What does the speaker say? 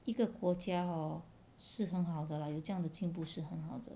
一个国家 hor 是很好的 lah 有这样的进步是很好的